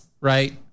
Right